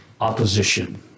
opposition